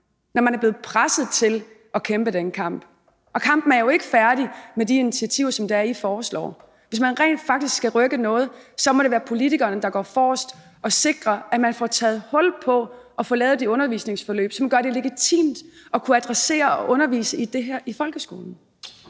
når man er blevet presset til at kæmpe den kamp. Og kampen er jo ikke færdig med de initiativer, som I foreslår. Hvis man rent faktisk skal rykke noget, må det være politikerne, der går forrest og sikrer, at man får taget hul på at få lavet de undervisningsforløb, som gør det legitimt at kunne adressere det og undervise i det her i folkeskolen.